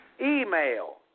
email